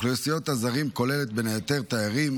אוכלוסיית הזרים כוללת בין היתר תיירים,